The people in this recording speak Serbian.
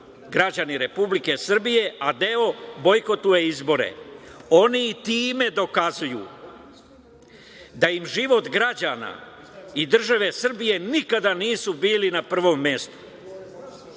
građani Republike Srbije, a deo bojkotuje izbore. Oni tim dokazuju da im život građana i države Srbije nikada nisu bili na prvom mestu.Za